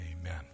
Amen